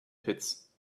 pits